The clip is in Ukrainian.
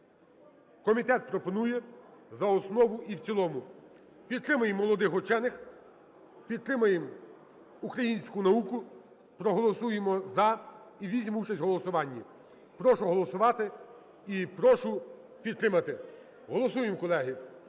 Комітет пропонує за основу і в цілому. Підтримаємо молодих учених, підтримаємо українську науку – проголосуємо "за" і візьмемо участь у голосуванні. Прошу голосувати і прошу підтримати. Голосуємо, колеги.